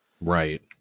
Right